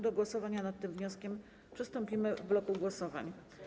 Do głosowania nad tym wnioskiem przystąpimy w bloku głosowań.